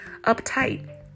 uptight